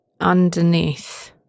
underneath